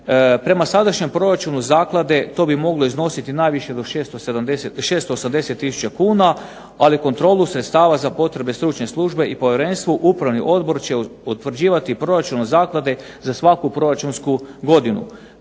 Prema sadašnjem proračunu zaklade to bi moglo iznositi najviše do 680 tisuća kuna, ali kontrolu sredstava za potrebu stručne službe i povjerenstvu upravni odbora će utvrđivati proračunom zaklade za svaku proračunsku godinu.